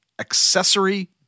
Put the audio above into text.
accessory